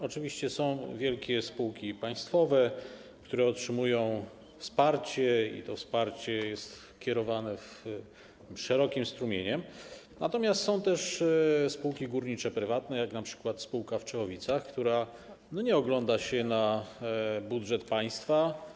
Oczywiście są wielkie spółki państwowe, które otrzymują wsparcie, i to wsparcie jest kierowane szerokim strumieniem, natomiast są też prywatne spółki górnicze, jak np. spółka w Czechowicach, która nie ogląda się na budżet państwa.